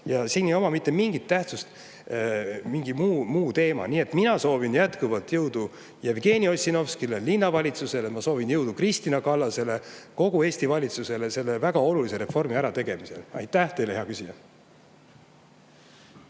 ja siin ei oma mitte mingit tähtsust mingi muu teema. Nii et mina soovin jätkuvalt jõudu Jevgeni Ossinovskile ja kogu linnavalitsusele. Ma soovin jõudu Kristina Kallasele ja kogu Eesti valitsusele selle väga olulise reformi ärategemisel. Aitäh teile, hea küsija!